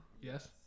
Yes